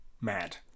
mad